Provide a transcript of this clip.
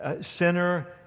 sinner